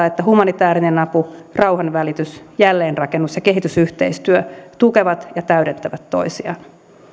että humanitäärinen apu rauhanvälitys jälleenrakennus ja kehitysyhteistyö tukevat ja täydentävät toisiaan